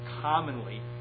commonly